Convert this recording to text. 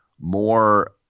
more